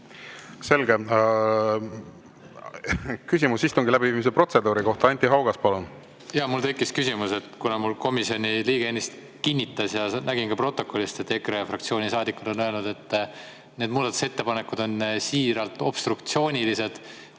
Selge. Küsimus istungi läbiviimise protseduuri kohta, Anti Haugas, palun! Jaa, mul tekkis küsimus. Kuna mulle komisjoni liige ennist kinnitas ja nägin ka protokollist, et EKRE fraktsiooni saadikud on öelnud, et need muudatusettepanekud on siiralt obstruktsioonilised,